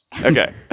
Okay